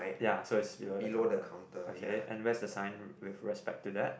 ya so it's below the okay and where's the sign with respect to that